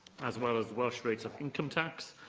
as well as welsh rates of income tax,